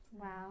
Wow